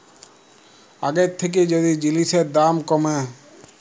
আগের থ্যাইকে যদি জিলিসের দাম ক্যমে